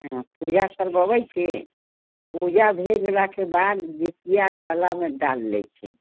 हँ पूजा करबबै छी पूजा भऽ गेला के बाद जीतिया गलामे डालि लैत छी